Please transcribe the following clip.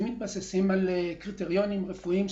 רופאים שמתבססים על קריטריונים רפואיים,